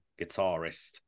guitarist